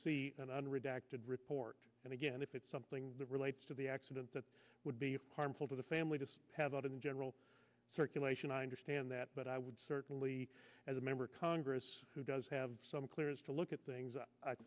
redacted report and again if it's something that relates to the accident that would be harmful to the family to have out in general circulation i understand that but i would certainly as a member of congress who does have some clearance to look at things i